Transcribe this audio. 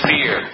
Fear